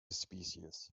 species